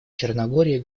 черногории